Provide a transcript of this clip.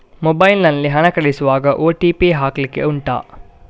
mobile ನಲ್ಲಿ ಹಣ ಕಳಿಸುವಾಗ ಓ.ಟಿ.ಪಿ ಹಾಕ್ಲಿಕ್ಕೆ ಉಂಟಾ